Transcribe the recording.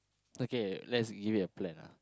okay let's give it a plan ah